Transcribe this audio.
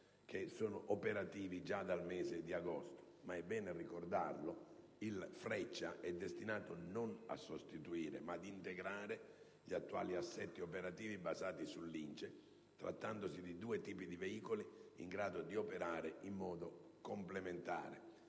che sono operativi già dal mese di agosto. È bene ricordare che il Freccia è destinato non a sostituire, ma ad integrare gli attuali assetti operativi basati sul Lince, trattandosi di due tipi di veicoli in grado di operare in modo complementare.